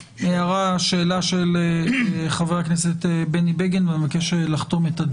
שאלה של חבר הכנסת בני בגין, בבקשה.